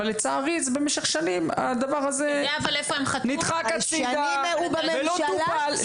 אבל לצערי במשך שנים הדבר הזה נדחק הצידה ולא מטופל.